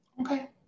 Okay